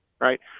right